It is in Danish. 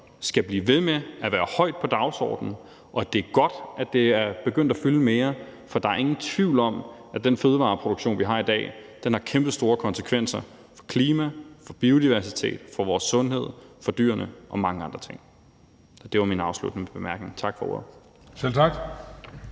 skal blive ved med at stå højt på dagsordenen. Og det er godt, at den er begyndt at fylde mere, for der er ingen tvivl om, at den fødevareproduktion, vi har i dag, har kæmpestore konsekvenser for klima, for biodiversitet, for vores sundhed, for dyrene og for mange andre ting. Det var mine afsluttende bemærkninger. Tak for ordet. Kl.